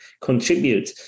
contribute